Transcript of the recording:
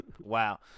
Wow